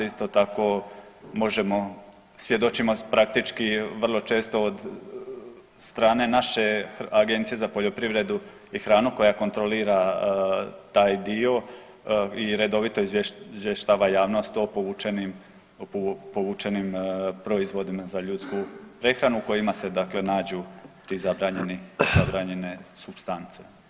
Isto tako možemo, svjedočimo praktički vrlo često od strane naše Agencije za poljoprivredu i hranu koja kontrolira taj dio i redovito izvještava javnost o povučenim, o povučenim proizvodima za ljudsku prehranu u kojima se dakle nađu ti zabranjeni, zabranjene supstance.